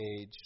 age